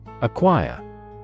Acquire